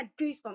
goosebumps